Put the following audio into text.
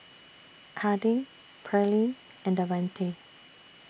Harding Pearline and Davante